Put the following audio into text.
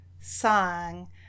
song